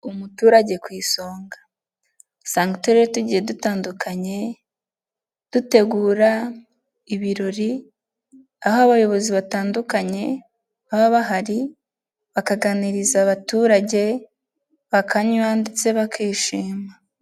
Umuturage ku isonga, usanga Uturere tugiye dutandukanye dutegura ibirori aho abayobozi batandukanye baba bahari bakaganiriza abaturage, bakanywa ndetse bakishima.